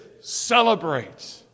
celebrate